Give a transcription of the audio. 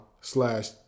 slash